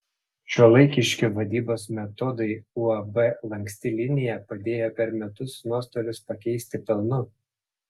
šiuolaikiški vadybos metodai uab lanksti linija padėjo per metus nuostolius pakeisti pelnu